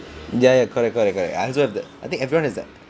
ya ya correct correct correct I also have that I think everyone has that